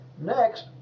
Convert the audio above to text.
next